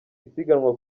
isiganwa